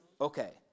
Okay